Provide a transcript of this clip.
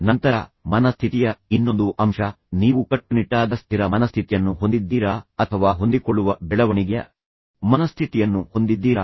ನಂತರ ಮನಸ್ಥಿತಿಯ ಇನ್ನೊಂದು ಅಂಶ ನೀವು ಕಟ್ಟುನಿಟ್ಟಾದ ಸ್ಥಿರ ಮನಸ್ಥಿತಿಯನ್ನು ಹೊಂದಿದ್ದೀರಾ ಅಥವಾ ಹೊಂದಿಕೊಳ್ಳುವ ಬೆಳವಣಿಗೆಯ ಮನಸ್ಥಿತಿಯನ್ನು ಹೊಂದಿದ್ದೀರಾ